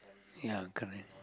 ya correct